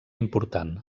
important